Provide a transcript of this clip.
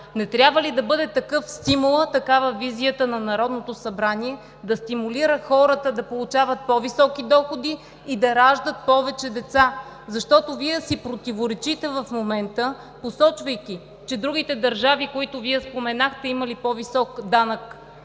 Не трябва ли да бъде такъв стимулът, такава визията на Народното събрание – да стимулира хората да получават по-високи доходи и да раждат повече деца? Вие си противоречите в момента, посочвайки, че другите държави, които споменахте, имали по-висок данък.